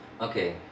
Okay